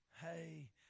Hey